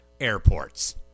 airports